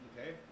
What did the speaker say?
Okay